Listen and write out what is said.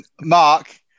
mark